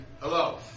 Hello